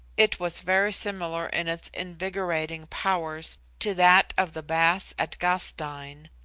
it was very similar in its invigorating powers to that of the baths at gastein,